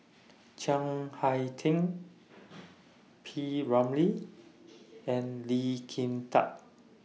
Chiang Hai Ding P Ramlee and Lee Kin Tat